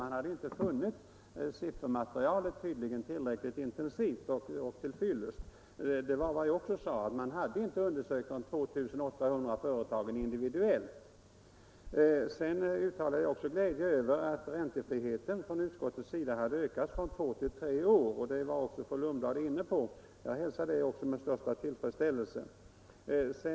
Man hade tydligen inte funnit siffermaterialet tillräckligt omfattande. Jag sade också att man inte hade undersökt de 2 800 företagen individuellt. Sedan uttalade jag också glädje över att utskottet vill utöka tiden för räntefrihet från två till tre år, vilket även fru Lundblad var inne på. Jag hälsar denna ökning med tillfredsställelse.